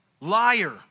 liar